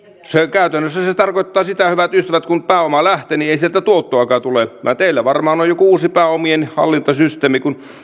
käytännössä se se tarkoittaa sitä hyvät ystävät kun pääoma lähtee että ei sieltä tuottoakaan tule teillä varmaan on joku uusi pääomien hallintasysteemi kun